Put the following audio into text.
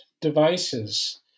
devices